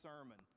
sermon